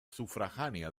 sufragánea